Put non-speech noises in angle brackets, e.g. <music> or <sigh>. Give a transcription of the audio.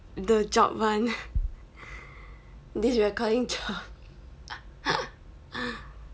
the job [one] this recording job <laughs>